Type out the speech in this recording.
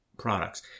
products